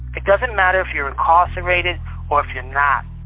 it doesn't matter if you're incarcerated or if you're not.